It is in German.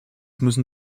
müssen